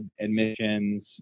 admissions